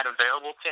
available